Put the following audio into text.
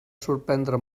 sorprendre